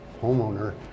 homeowner